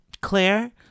Claire